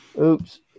Oops